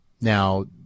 Now